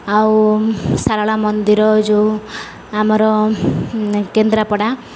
ଆଉ ସାରଳା ମନ୍ଦିର ଯୋଉ ଆମର କେନ୍ଦ୍ରାପଡ଼ା